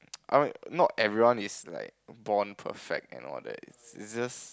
I mean not everyone is like born perfect and all that it's just